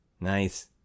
Nice